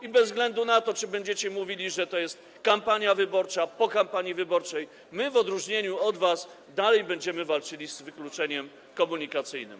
I bez względu na to, czy będziecie mówili, że to jest kampania wyborcza, po kampanii wyborczej my w odróżnieniu od was dalej będziemy walczyli z wykluczeniem komunikacyjnym.